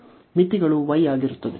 ಮಿತಿಗಳು y ಆಗಿರುತ್ತದೆ